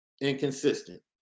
Inconsistent